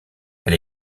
elle